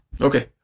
Okay